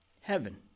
Heaven